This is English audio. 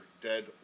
dead